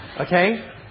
Okay